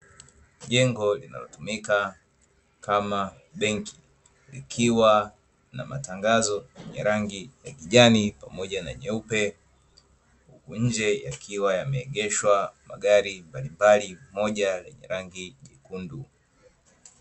Jengo linalotumika kama benki likiwa na matangazo yenye rangi ya kijani pamoja na nyeupe, nje yakiwa yameegeshwa magari mbalimbali moja lenye rangi nyekundu.